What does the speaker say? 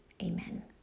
Amen